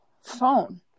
phone